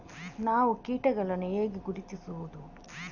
ನಾವು ಕೀಟಗಳನ್ನು ಹೇಗೆ ಗುರುತಿಸುವುದು?